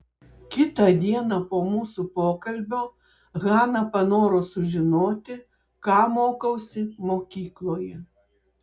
kitą dieną po mūsų pokalbio hana panoro sužinoti ką mokausi mokykloje